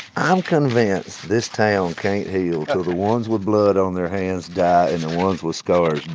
i'm convinced this town can't heal till the ones with blood on their hands die, and the ones with scars